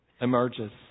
emerges